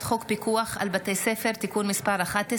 חוק פיקוח על בתי ספר (תיקון מס' 11),